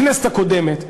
בכנסת הקודמת,